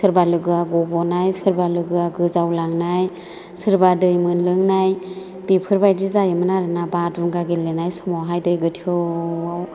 सोरबा लोगोआ गब'नाय सोरबा लोगोआ गोजावलांनाय सोरबा दै मोनलोंनाय बेफोरबायदि जायोमोन आरोना बादुंगा गेलेनाय समावहाय दै गोथौआव